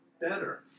better